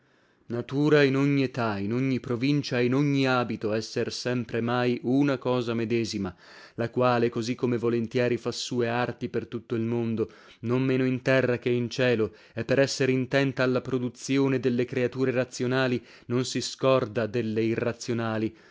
natura in ogni età in ogni provincia e in ogni abito esser sempremai una cosa medesima la quale così come volentieri fa sue arti per tutto l mondo non meno in terra che in cielo e per esser intenta alla produzzione delle creature razionali non si scorda delle irrazionali